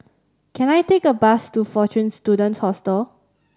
can I take a bus to Fortune Students Hostel